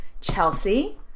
Chelsea